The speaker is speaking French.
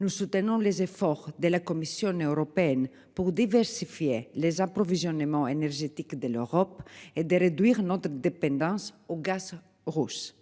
Nous soutenons les efforts de la Commission européenne pour diversifier les approvisionnements énergétiques de l'Europe et de réduire notre dépendance au gaz russe